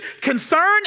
concern